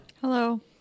Hello